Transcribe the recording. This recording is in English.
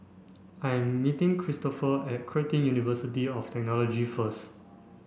I am meeting Kristofer at Curtin University of Technology first